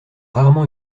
rarement